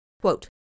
Quote